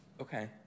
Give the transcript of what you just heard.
Okay